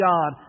God